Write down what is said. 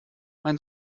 mein